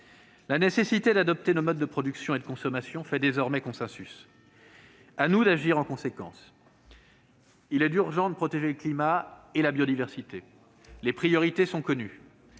La nécessité d'adapter nos modes de production et de consommation fait désormais consensus. À nous d'agir en conséquence. Il est urgent de protéger le climat et la biodiversité. Les priorités sont connues.